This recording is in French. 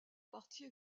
partie